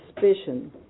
suspicion